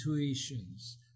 intuitions